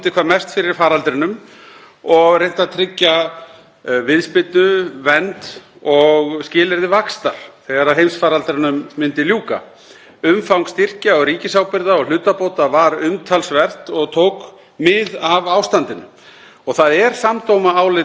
Umfang styrkja og ríkisábyrgða og hlutabóta var umtalsvert og tók mið af ástandinu. Það er samdóma álit óháðra aðila að vel hafi tekist til. Fjárhagsstaða heimilanna er sterk í dag og kaupmáttur allra tekjutíunda óx árið 2020. Hagvísar